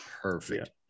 perfect